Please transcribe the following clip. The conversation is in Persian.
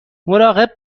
مراقب